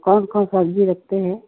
कौनसी कौनसी सब्ज़ी रखते हैं